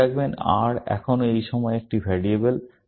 মনে রাখবেন R এখনও এই সময়ে একটি ভ্যারিয়েবল